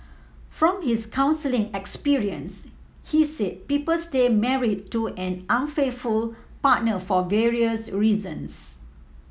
from his counselling experience he said people stay married to an unfaithful partner for various reasons